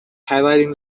highlighting